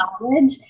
knowledge